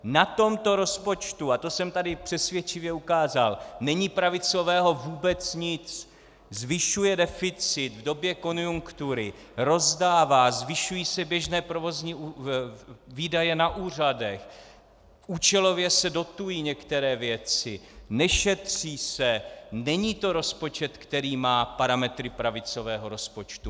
Na tomto rozpočtu, a to jsem tady přesvědčivě ukázal, není pravicového vůbec nic: zvyšuje deficit v době konjunktury, rozdává, zvyšují se běžné provozní výdaje na úřadech, účelově se dotují některé věci, nešetří se, není to rozpočet, který má parametry pravicového rozpočtu.